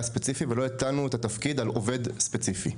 ספציפית ולא הטלנו את התפקיד על עובד ספציפי.